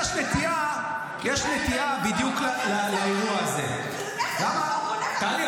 יש נטייה בדיוק לאירוע הזה ------ טלי,